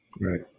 right